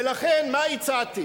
ולכן, מה הצעתי?